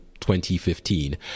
2015